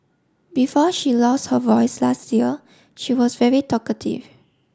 before she lost her voice last year she was very talkative